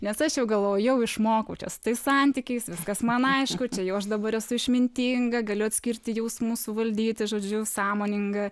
nes aš jau galvojau jau išmokau čia su tais santykiais viskas man aišku čia jau aš dabar esu išmintinga galiu atskirti jausmus suvaldyti žodžiu sąmoninga